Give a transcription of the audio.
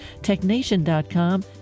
technation.com